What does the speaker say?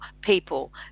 people